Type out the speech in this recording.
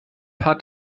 paar